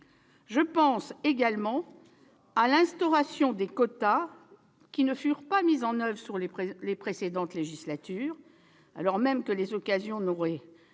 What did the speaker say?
! J'ai également à l'esprit l'instauration de quotas, qui ne furent pas mis en oeuvre sous de précédentes législatures, alors même que les occasions n'auraient pas